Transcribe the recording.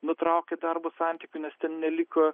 nutraukė darbo santykį nes ten neliko